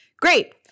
Great